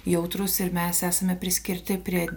jautrūs ir mes esame priskirti prie